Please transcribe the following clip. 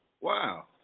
Wow